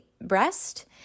breast